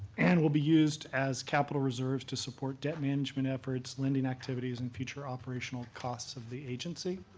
and will be used as capital reserves to support debt management efforts, lending activities, and future operational costs of the agency.